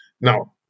Now